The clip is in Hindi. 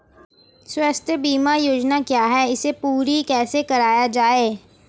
स्वास्थ्य बीमा योजना क्या है इसे पूरी कैसे कराया जाए?